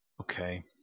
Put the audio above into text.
Okay